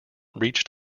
reached